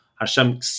Hashem